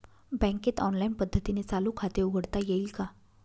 बँकेत ऑनलाईन पद्धतीने चालू खाते उघडता येईल का?